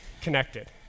connected